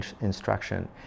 instruction